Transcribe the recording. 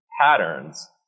patterns